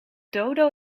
dodo